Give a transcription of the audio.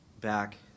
back